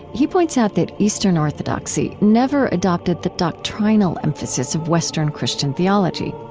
he points out that eastern orthodoxy never adopted the doctrinal emphasis of western christian theology.